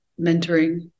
mentoring